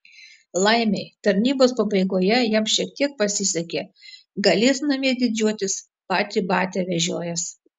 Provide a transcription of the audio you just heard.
laimei tarnybos pabaigoje jam šiek tiek pasisekė galės namie didžiuotis patį batią vežiojęs